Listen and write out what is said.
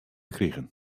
krigen